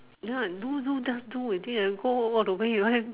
ya do do do already go all the way your haven't